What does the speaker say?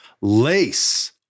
lace